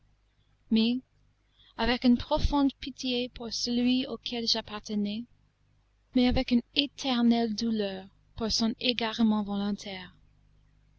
mais avec une profonde pitié pour celui auquel j'appartenais mais avec une éternelle douleur pour son égarement volontaire